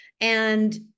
And-